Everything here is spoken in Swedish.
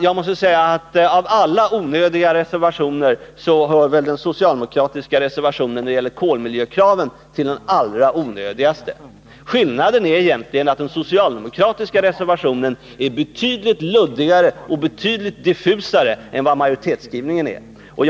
Jag måste säga att av alla onödiga reservationer så hör väl den socialdemokratiska reservationen när det gäller kolmiljökraven till de allra onödigaste. Den enda skillnaden mellan den socialdemokratiska reservationen och utskottsmajoritetens skrivning är att den förra är beltydligt luddigare och diffusare.